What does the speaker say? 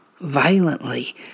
violently